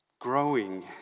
growing